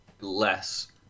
less